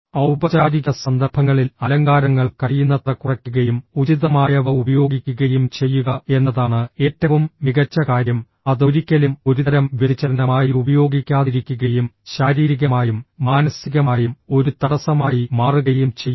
ഔപചാരിക സന്ദർഭങ്ങളിൽ അലങ്കാരങ്ങൾ കഴിയുന്നത്ര കുറയ്ക്കുകയും ഉചിതമായവ ഉപയോഗിക്കുകയും ചെയ്യുക എന്നതാണ് ഏറ്റവും മികച്ച കാര്യം അത് ഒരിക്കലും ഒരുതരം വ്യതിചലനമായി ഉപയോഗിക്കാതിരിക്കുകയും ശാരീരികമായും മാനസികമായും ഒരു തടസ്സമായി മാറുകയും ചെയ്യുക